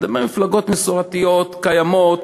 אני מדבר על מפלגות מסורתיות, קיימות,